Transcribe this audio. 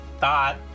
thought